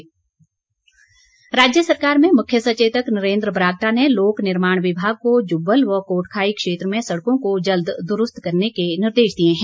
बरागटा राज्य सरकार में मुख्य सचेतक नरेन्द्र बरागटा ने लोक निर्माण विभाग को जुब्बल व कोटखाई क्षेत्र में सड़कों को जल्द दुरूस्त करने के निर्देश दिए हैं